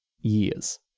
years